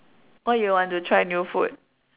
what you want to try new food